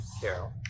Carol